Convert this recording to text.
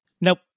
Nope